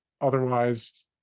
otherwise